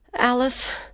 Alice